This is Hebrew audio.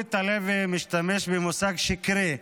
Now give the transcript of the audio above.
עמית הלוי משתמש במושג שקרי,